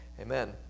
Amen